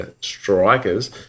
Strikers